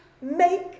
Make